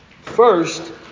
First